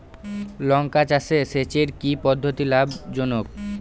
লঙ্কা চাষে সেচের কি পদ্ধতি লাভ জনক?